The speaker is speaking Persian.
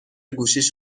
گوشیش